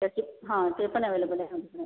त्याचे हा ते पण अॅव्हेलेबल आहे